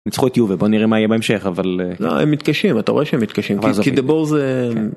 ניצחו את יובל בוא נראה מה יהיה בהמשך אבל הם מתקשים אתה רואה שהם מתקשים.כי the ball the..